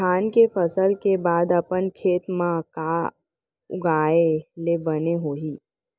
धान के फसल के बाद अपन खेत मा का उगाए ले बने होही?